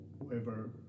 whoever